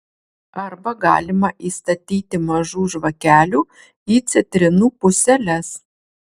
arba galima įstatyti mažų žvakelių į citrinų puseles